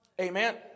Amen